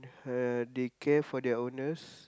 uh they care for their owners